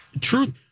truth